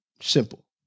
Simple